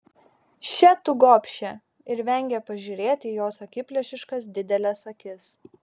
še tu gobše ir vengė pažiūrėti į jos akiplėšiškas dideles akis